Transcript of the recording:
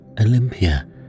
Olympia